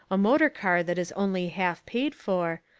a motor car that is only half paid for,